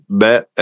bet